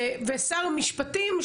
שר המשפטים,